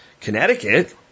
Connecticut